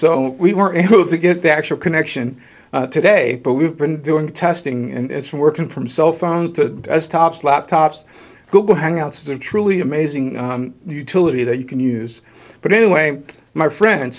so we were able to get the actual connection today but we've been doing testing and it's working from cell phones to as tops laptops google hangouts are truly amazing utility that you can use but anyway my friend